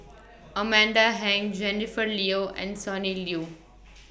Amanda Heng Jennifer Liew and Sonny Liew